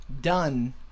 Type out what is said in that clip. done